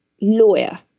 lawyer